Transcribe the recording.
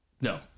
No